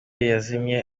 yazimye